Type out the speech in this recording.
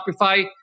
Shopify